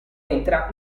entra